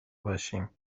باشیم